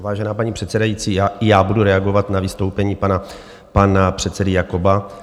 Vážená paní předsedající, i já budu reagovat na vystoupení pana předsedy Jakoba.